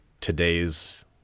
today's